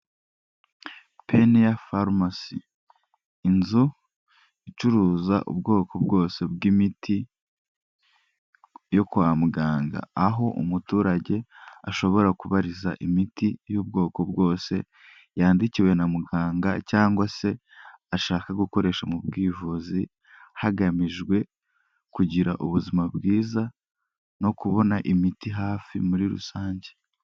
Peniel Pharmacy; inzu icuruza ubwoko bwose bw'imiti yo kwa muganga, aho umuturage ashobora kubariza imiti y'ubwoko bwose yandikiwe na muganga cyangwa se ashaka gukoresha mu bwivuzi, hagamijwe kugira ubuzima bwiza no kubona imiti hafi muri rusange.